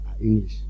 English